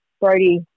Brody